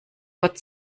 gott